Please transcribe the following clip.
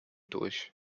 durch